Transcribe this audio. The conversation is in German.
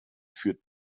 führt